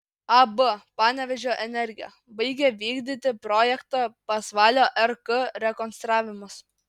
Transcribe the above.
ab panevėžio energija baigia vykdyti projektą pasvalio rk rekonstravimas